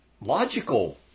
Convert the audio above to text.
Logical